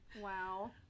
Wow